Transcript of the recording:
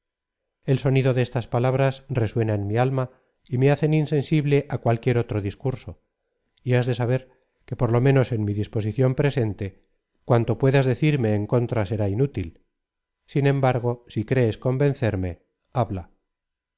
el sonido de estas palabras resuena en mi alma y me hacen insensible á cualquiera otro discurso y has de saber que por lo menos en mi disposición presente cuanto puedas decirme en contra será inútil sin embargo si crees convencerme habla